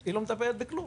-- היא לא מטפלת בכלום.